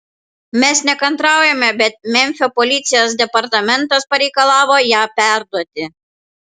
mes nekantraujame bet memfio policijos departamentas pareikalavo ją perduoti